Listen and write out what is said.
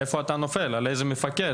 איפה אתה נופל ועל איזה מפקד.